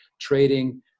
trading